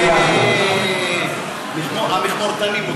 ואת והמכמורתנים,